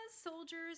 soldiers